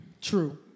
True